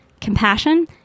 compassion